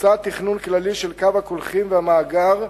בוצע תכנון כללי של קו הקולחים והמאגר,